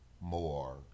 more